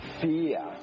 fear